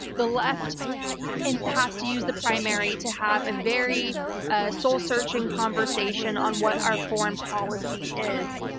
the left and has to use the primary to have a very ah soul-searching conversation on what our foreign policy is,